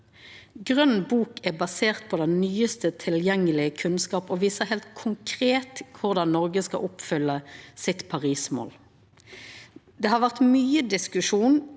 Grøn bok er basert på den nyaste tilgjengelege kunnskapen og viser heilt konkret korleis Noreg skal oppfylla sitt Paris-mål. Det har vore mykje diskusjon